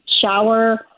shower